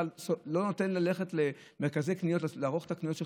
אתה לא נותן ללכת למרכזי קניות לערוך את הקניות,